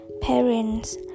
parents